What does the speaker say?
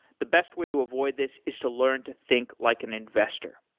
the best way to avoid this is to learn to think like an investor,